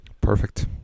Perfect